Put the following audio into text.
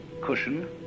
cushion